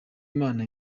imana